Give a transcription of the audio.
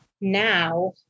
now